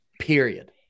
Period